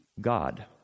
god